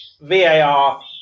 VAR